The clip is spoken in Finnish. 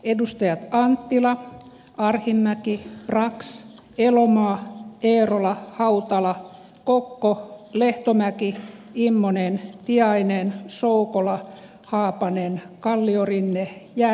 edustaja anttila ja arhinmäki racssä elomaa eerola hautala kauko lehtomäki immonen tiainen soukola haapanen kalliorinne ja